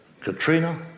Katrina